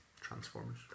Transformers